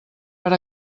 per